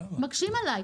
מקשים עליי.